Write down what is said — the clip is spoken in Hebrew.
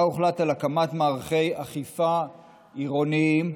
הוחלט על הקמת מערכי אכיפה עירוניים,